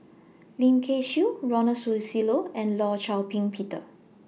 Lim Kay Siu Ronald Susilo and law Shau Ping Peter